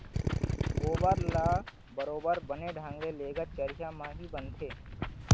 गोबर ल बरोबर बने ढंग ले लेगत चरिहा म ही बनथे